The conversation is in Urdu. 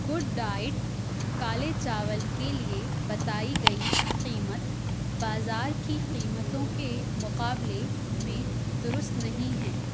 گڈ ڈائٹ کالے چاول کے لیے بتائی گئی قیمت بازار کی قیمتوں کے مقابلے میں درست نہیں ہیں